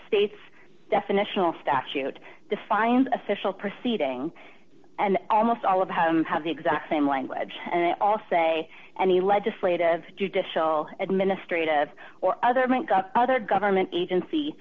state's definitional statute defines official proceeding and almost all of them have the exact same language and all say any legislative judicial administrative or other meant the other government agency